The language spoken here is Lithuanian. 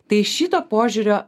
tai šito požiūrio